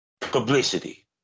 publicity